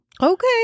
Okay